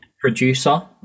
producer